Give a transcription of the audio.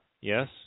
Yes